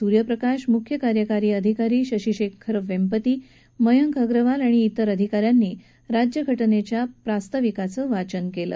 सूर्यप्रकाश मुख्यकार्यकारी अधिकारी शशी शेखर वेंपती मयांक अग्रवाल आणि अन्य अधिकाऱ्यांनी राज्यघटनेच्या प्रस्तावनेचं वाचन केलं